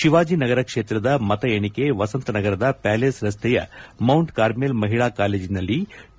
ತಿವಾಜಿನಗರ ಕ್ಷೇತ್ರದ ಮತ ಎಣಿಕೆ ವಸಂತನಗರದ ಪ್ಯಾಲೇಸ್ ರಸ್ತೆಯ ಮೌಂಟ್ ಕಾರ್ಮೆಲ್ ಮಹಿಳಾ ಕಾಲೇಜಿನಲ್ಲಿ ಕೆ